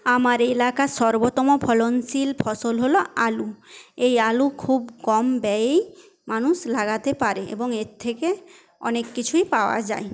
আমার এলাকা সর্বতম ফলনশীল ফসল হল আলু এই আলু খুব কম ব্যয়েই মানুষ লাগাতে পারে এবং এর থেকে অনেক কিছুই পাওয়া যায়